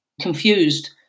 confused